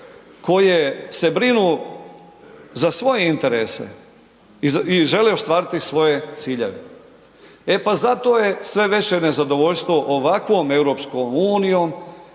koje se brinu za svoje interese i žele ostvariti svoje ciljeve. E pa, zato je sve veće nezadovoljstvo ovakvom EU koja